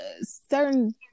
certain